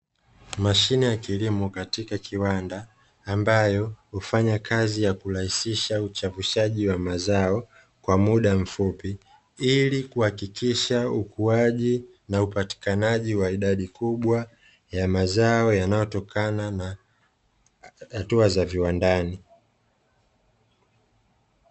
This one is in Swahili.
Mashine ya kilimo katika kiwanda ambayo hufanya kazi ya kurahisisha uchavushaji wa mazao kwa muda mfupi, ili kuhakikisha ukuaji na upatikanaji wa idadi kubwa ya mazao yanayotokana na hatua za viwandani.